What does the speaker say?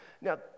Now